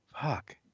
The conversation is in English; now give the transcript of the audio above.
Fuck